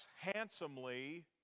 handsomely